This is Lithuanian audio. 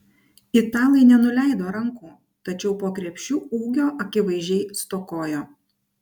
italai nenuleido rankų tačiau po krepšiu ūgio akivaizdžiai stokojo